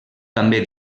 també